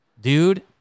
Dude